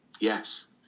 Yes